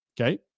Okay